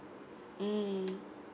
mm